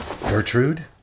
Gertrude